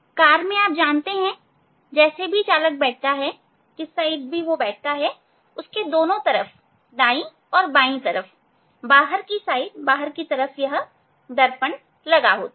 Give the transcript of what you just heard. car में आप यह जानते हैं जैसे भी चालक बैठता है चालक के दोनों तरफ दाएं तरफ और बाईं तरफ बाहर की तरफ यह साइड मिरर होते हैं